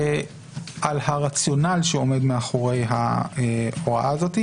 על הרציונל שעומד מאחורי ההוראה הזאת.